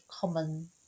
common